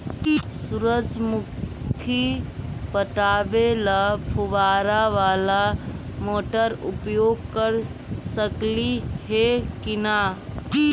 सुरजमुखी पटावे ल फुबारा बाला मोटर उपयोग कर सकली हे की न?